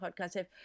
podcast